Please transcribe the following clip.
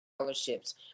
scholarships